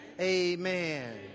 Amen